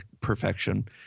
perfection